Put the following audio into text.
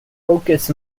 focus